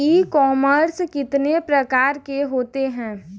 ई commerce कितने प्रकार के होते हैं?